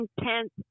intense